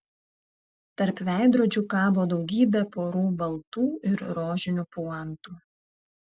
tarp veidrodžių kabo daugybė porų baltų ir rožinių puantų